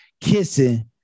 kissing